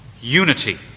unity